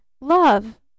love